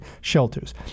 shelters